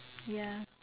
ya